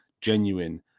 genuine